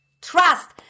Trust